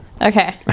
okay